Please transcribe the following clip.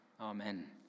Amen